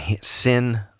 sin